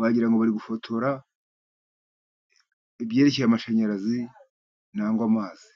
wagira ngo bari gufotora ibyerekeye amashanyarazi nangwa amazi.